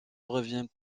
reviennent